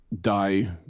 die